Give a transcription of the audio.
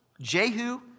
Jehu